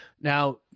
Now